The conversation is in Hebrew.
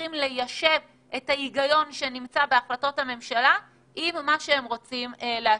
מצליחים ליישב את ההיגיון שנמצא בהחלטות הממשלה ואת מה שהם רוצים להשיג.